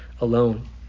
alone